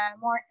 more